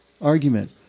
argument